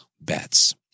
bets